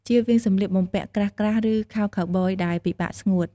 ជៀសវាងសម្លៀកបំពាក់ក្រាស់ៗ ឬខោខៅប៊យដែលពិបាកស្ងួត។